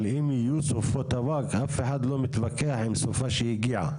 אבל אם יהיו סופות אבק אף אחד לא מתווכח עם סופה שהגיעה.